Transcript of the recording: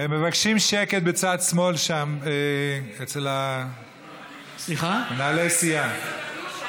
מבקשים שקט בצד שמאל אצל מנהלי הסיעה.